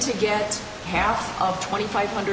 get half of twenty five hundred